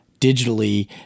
digitally